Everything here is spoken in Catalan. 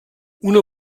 una